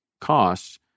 costs—